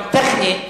גם טכנית,